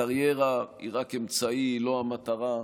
הקריירה היא רק אמצעי, לא המטרה,